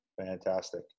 Fantastic